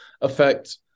affect